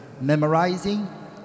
memorizing